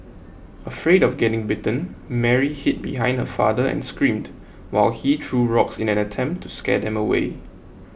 afraid of getting bitten Mary hid behind her father and screamed while he threw rocks in an attempt to scare them away